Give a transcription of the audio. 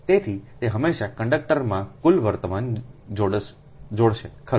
તેથી તે હંમેશા કંડક્ટરમાં કુલ વર્તમાનને જોડશે ખરું